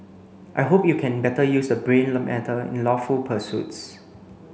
I hope you can better use the brain matter in lawful pursuits